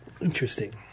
Interesting